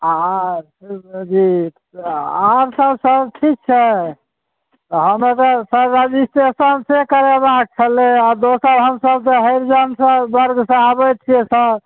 आओर जी आओर सभ सर ठीक छै सर हमरा एगो रजिस्ट्रेशन करेबाक छलै आओर दोसर हमसभ हरिजन वर्गसँ आबै छिए सर